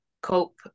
cope